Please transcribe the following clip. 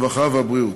הרווחה והבריאות.